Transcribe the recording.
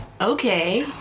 okay